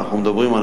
תודה רבה.